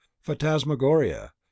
phantasmagoria